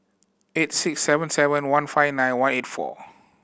eight six seven seven one five nine one eight four